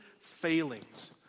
failings